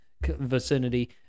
vicinity